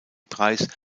preis